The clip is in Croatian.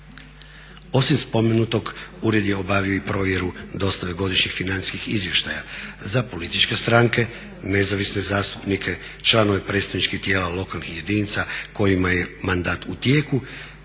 Osim spomenutog, ured je obavio i provjeru dostave godišnjih financijskih izvještaja za političke stranke, nezavisne zastupnike, članove predstavničkih tijela lokalnih jedinica kojima je mandat u tijeku